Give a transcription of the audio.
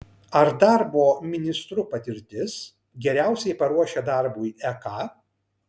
ar darbo ministru patirtis geriausiai paruošia darbui ek